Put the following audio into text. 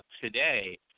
today